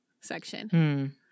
section